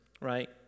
right